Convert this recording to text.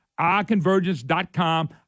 iConvergence.com